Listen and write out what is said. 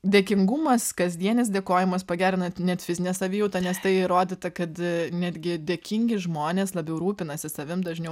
dėkingumas kasdienis dėkojimas pagerina net fizinę savijautą nes tai įrodyta kad netgi dėkingi žmonės labiau rūpinasi savim dažniau